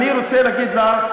אני רוצה להגיד לך,